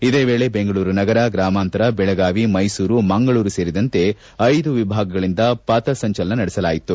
ಇದೇ ವೇಳೆ ಬೆಂಗಳೂರು ನಗರ ಗ್ರಾಮಾಂತರ ಬೆಳಗಾವಿ ಮೈಸೂರು ಮಂಗಳೂರು ಸೇರಿದಂತೆ ಐದು ವಿಭಾಗಗಳಿಂದ ಪಥಸಂಚಲನ ನಡೆಸಲಾಯಿತು